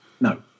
No